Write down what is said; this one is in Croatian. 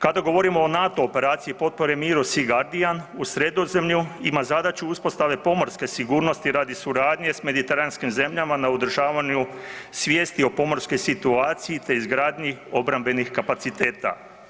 Kada govorimo o NATO operaciji potpore miru Sea Guardian u Sredozemlju, ima zadaću uspostave pomorske sigurnosti radi suradnje s mediteranskim zemljama na održavanju svijesti o pomorskoj situaciji te izgradnji obrambenih kapaciteta.